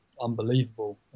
unbelievable